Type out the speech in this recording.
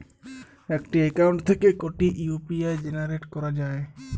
একটি অ্যাকাউন্ট থেকে কটি ইউ.পি.আই জেনারেট করা যায়?